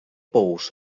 pous